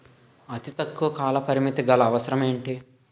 అతి తక్కువ కాల పరిమితి గల అవసరం ఏంటి